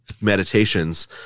meditations